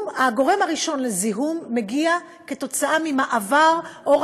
הגורם הראשון לזיהום מגיע ממעבר, או: